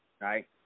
right